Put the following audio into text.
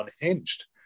unhinged